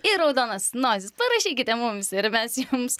ir raudonas nosis parašykite mums ir mes jums